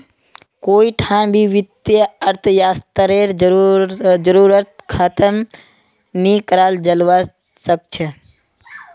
कोई ठान भी वित्तीय अर्थशास्त्ररेर जरूरतक ख़तम नी कराल जवा सक छे